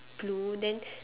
blue then